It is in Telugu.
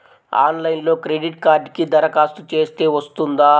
ఆన్లైన్లో క్రెడిట్ కార్డ్కి దరఖాస్తు చేస్తే వస్తుందా?